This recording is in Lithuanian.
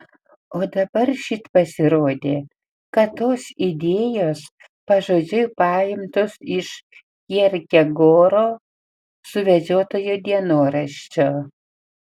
o dabar šit pasirodė kad tos idėjos pažodžiui paimtos iš kjerkegoro suvedžiotojo dienoraščio